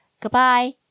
Goodbye